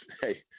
hey